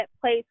place